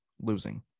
losing